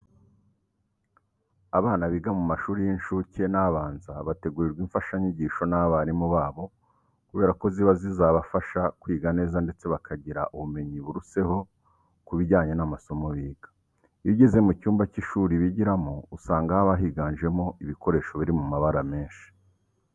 Abana biga mu mashuri y'incuke n'abanza bategurirwa imfashanyigisho n'abarimu babo kubera ko ziba zizabafasha kwiga neza ndetse bakagira ubumenyi buruseho ku bijyanye n'amasomo biga. Iyo ugeze mu cyumba cy'ishuri bigiramo usanga haba higanjemo ibikoresho biri mu mabara menshi.